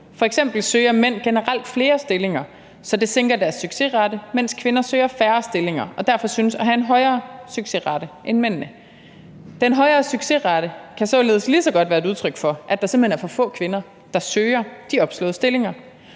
F.eks. søger mænd generelt flere stillinger, så det sænker deres succesrate, mens kvinder søger færre stillinger og derfor synes at have en højere succesrate end mændene. Den højere succesrate kan således lige så godt være et udtryk for, at der simpelt hen er for få kvinder, der søger de opslåede stillinger.